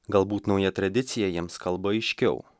galbūt nauja tradicija jiems kalba aiškiau